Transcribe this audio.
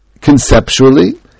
conceptually